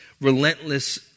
relentless